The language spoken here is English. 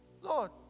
Lord